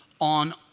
on